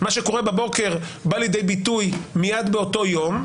מה שקורה בבוקר בא לידי ביטוי מייד באותו יום,